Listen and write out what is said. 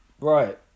Right